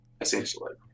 essentially